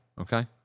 Okay